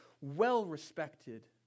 well-respected